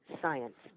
science